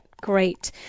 Great